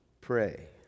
pray